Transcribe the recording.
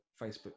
Facebook